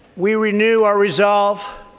we renew our resolve